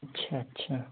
अच्छा अच्छा